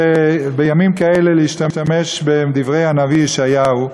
בימים כאלה להשתמש בדברי הנביא ישעיהו.